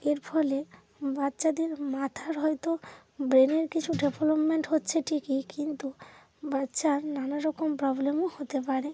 এর ফলে বাচ্চাদের মাথার হয়তো ব্রেনের কিছু ডেভেলপমেন্ট হচ্ছে ঠিকই কিন্তু বাচ্চার নানা রকম প্রবলেমও হতে পারে